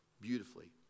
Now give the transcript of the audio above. beautifully